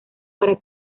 para